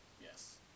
Yes